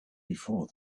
before